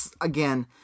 Again